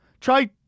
Try